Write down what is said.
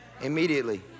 immediately